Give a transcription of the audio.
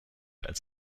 als